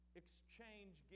exchange